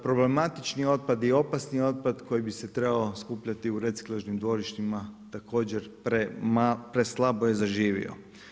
Problematični otpad i opasni otpad koji bi se trebao skupljati u reciklažnim dvorištima također preslabo je zaživio.